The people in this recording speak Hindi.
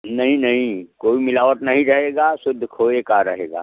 नहीं नहीं कोई मिलावट नहीं रहेगा शुद्ध खोए का रहेगा